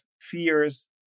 fears